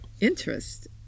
interest